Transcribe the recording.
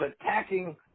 attacking